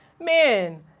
man